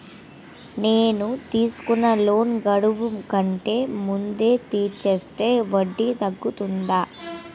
నేను తీసుకున్న లోన్ గడువు కంటే ముందే తీర్చేస్తే వడ్డీ తగ్గుతుందా?